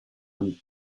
and